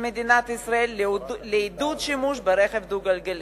מדינת ישראל לעידוד השימוש ברכב דו-גלגלי.